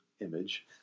image